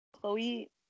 Chloe